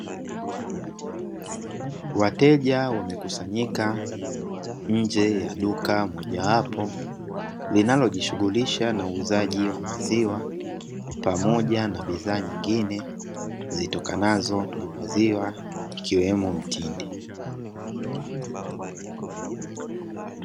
Wateja wamekusanyika nje ya duka moja wapo, linalojishughulisha na uuzaji wa maziwa pamoja na bidhaa zingine zitokanazo na maziwa ikiwemo mtindi.